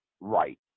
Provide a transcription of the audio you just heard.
right